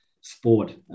sport